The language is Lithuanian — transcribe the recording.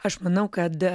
aš manau kad